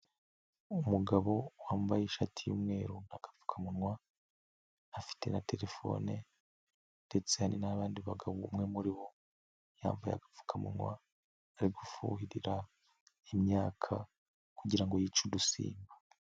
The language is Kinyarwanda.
Umugabo wambaye ishati y'umweru n'akapfukamunwa afite na telefone ndetse hari n'abandi bagabo umwe muri bo yambaye agapfukamunwa ari gufuhirira imyaka kugira ngo yice udusimba.